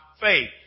faith